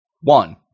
One